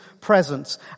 presence